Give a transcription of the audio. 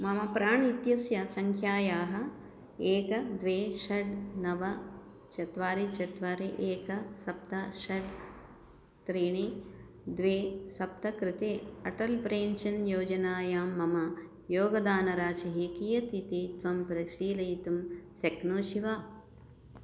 मम प्राण् इत्यस्य सङ्ख्यायाः एकं द्वे षड् नव चत्वारि चत्वारि एकं सप्त षड् त्रीणि द्वे सप्त कृते अटल् प्रेन्शन् योजनायां मम योगदानराशिः कियती इति त्वं परिशीलयितुं शक्नोषि वा